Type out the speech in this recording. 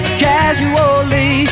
casually